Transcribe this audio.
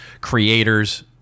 creators